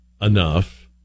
enough